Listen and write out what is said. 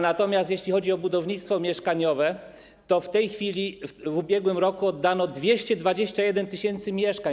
Natomiast jeśli chodzi o budownictwo mieszkaniowe, to w tej chwili, w ubiegłym roku oddano 221 tys. mieszkań.